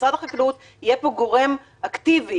שמשרד החקלאות יהיה פה גורם אקטיבי,